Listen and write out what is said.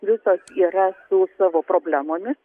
visos yra su savo problemomis